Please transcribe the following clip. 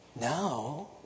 now